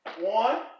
one